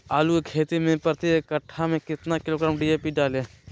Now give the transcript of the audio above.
आलू की खेती मे प्रति कट्ठा में कितना किलोग्राम डी.ए.पी डाले?